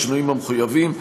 בשינויים המחויבים,